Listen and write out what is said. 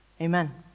amen